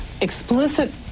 explicit